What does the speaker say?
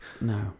No